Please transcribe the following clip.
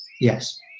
Yes